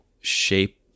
shape